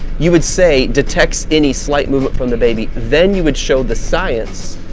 you would say detects any slight movement from the baby then you would show the science,